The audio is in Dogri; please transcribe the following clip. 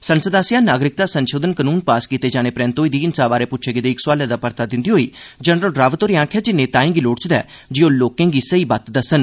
संसद आसेआ नागरिकता संशोधन कानून पास कीते जाने परैन्त होई दी हिंसा बारै प्रच्छे गेदे इक सोआल दा परता दिंदे होई जनरल रावत होरें आखेआ जे नेताएं गी लोड़चदा ऐ जे ओह लोकें गी सेई बत्त दस्सन